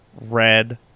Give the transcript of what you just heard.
red